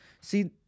See